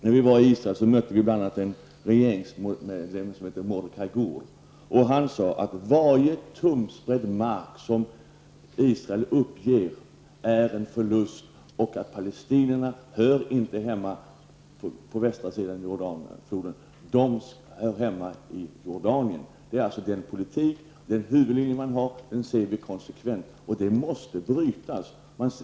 När vi var i Israel träffade vi bl.a. en regeringsmedlem som hette Mordechai Gur. Han sade att varje tumsbredd mark som Israel uppger är en förlust och att palestinierna inte hör hemma på västra sidan Jordanfloden. De hör hemma i Jordanien. Det är huvudlinjen i den politik man för. Den följer man konsekvent, och den måste brytas.